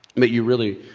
but you really,